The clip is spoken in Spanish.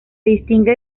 distingue